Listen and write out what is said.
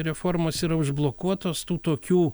reformos yra užblokuotos tų tokių